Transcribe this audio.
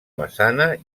massana